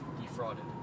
defrauded